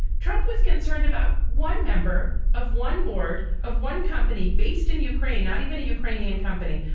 trump was concerned about one member of one board of one company based in ukraine, not even a ukrainian company.